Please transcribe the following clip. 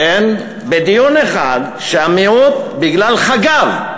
בדיון אחד, שהמיעוט, בגלל חגב,